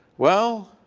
well,